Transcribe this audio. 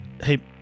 Hey